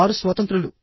వారు స్వతంత్రులు